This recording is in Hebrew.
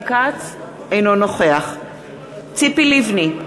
אינו נוכח ציפי לבני,